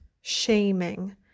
shaming